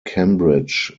cambridge